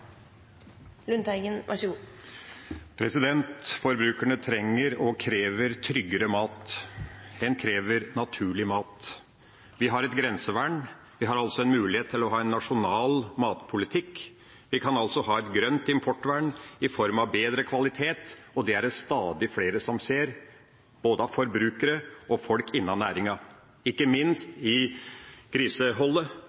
Forbrukerne trenger – og krever – tryggere mat. De krever naturlig mat. Vi har et grensevern, vi har altså en mulighet til å ha en nasjonal matpolitikk. Vi kan ha et grønt importvern i form av bedre kvalitet, og det er det stadig flere som ser – både forbrukere og folk innen næringa. Ikke